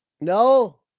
No